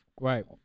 Right